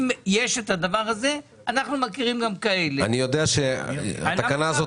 אני יודע שהתקנה הזאת